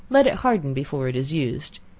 let it harden before it is used.